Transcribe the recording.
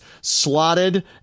slotted